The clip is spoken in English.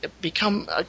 become